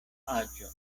aĝo